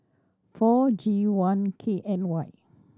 four G one K N Y